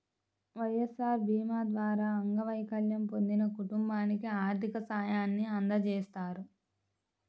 వైఎస్ఆర్ భీమా ద్వారా అంగవైకల్యం పొందిన కుటుంబానికి ఆర్థిక సాయాన్ని అందజేస్తారు